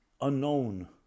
unknown